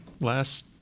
last